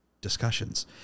discussions